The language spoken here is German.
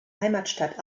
heimatstadt